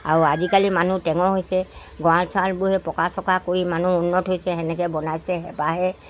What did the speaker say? আৰু আজিকালি মানুহ টেঙৰ হৈছে গঁৰাল ছৰালবোৰ সেই পকা চকা কৰি মানুহ উন্নত হৈছে তেনেকৈ বনাইছে হেপাহে